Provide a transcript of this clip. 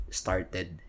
started